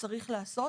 שצריך לעשות.